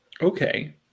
okay